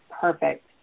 perfect